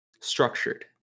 structured